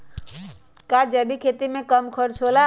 का जैविक खेती में कम खर्च होला?